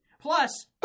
Plus